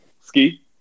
ski